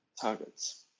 targets